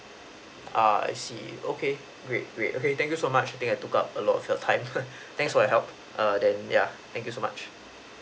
uh I see okay great great okay thank you so much I think I took up a lot of your time thanks for your help err then yeah thank you so much